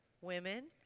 Women